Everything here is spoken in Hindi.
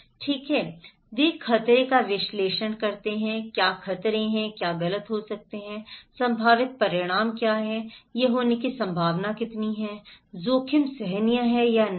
ठीक है वे खतरे का विश्लेषण करते हैं क्या खतरे हैं क्या गलत हो सकते हैं संभावित परिणाम क्या हैं यह होने की संभावना कितनी है जोखिम सहनीय है या नहीं